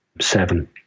seven